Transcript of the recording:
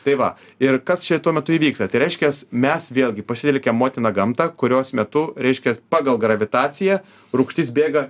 tai va ir kas čia tuo metu įvyksta tai reiškias mes vėlgi pasitelkiam motiną gamtą kurios metu reiškias pagal gravitaciją rūgštis bėga